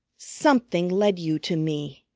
something led you to me,